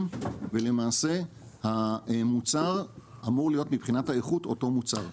ולמעשה המוצר אמור להיות מבחינת האיכות אותו מוצר.